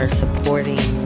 supporting